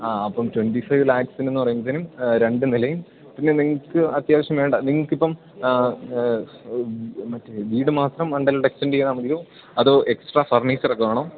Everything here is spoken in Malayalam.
ആ അപ്പോള് ട്വൻ്റി ഫൈവ് ലാക്സിനെന്നു പറയുമ്പോഴത്തേനും രണ്ടു നിലയും പിന്നെ നിങ്ങള്ക്ക് അത്യാവശ്യം വേണ്ട നിങ്ങള്ക്കിപ്പോള് മറ്റേ വീടു മാത്രം മണ്ടേലോട്ടെക്സ്ട്ടെൻറ്റെയ്താല് മതിയോ അതോ എക്സ്ട്രാ ഫർണിച്ചറൊക്കെ വേണോ